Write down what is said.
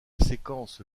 séquence